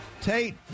Tate